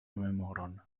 memoron